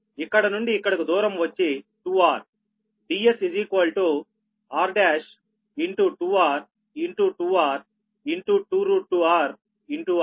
ఇక్కడ నుండి ఇక్కడకు దూరం వచ్చి 2 r